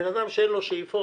ובן אדם שאין לו שאיפות,